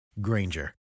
Granger